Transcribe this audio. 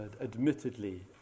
admittedly